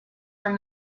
from